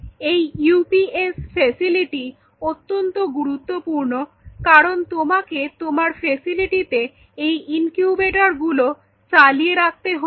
এই UPS facility অত্যন্ত গুরুত্বপূর্ণ কারণ তোমাকে তোমার ফ্যাসিলিটিতে এই ইনকিউবেটর গুলো চালিয়ে রাখতে হচ্ছে